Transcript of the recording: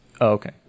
Okay